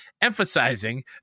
emphasizing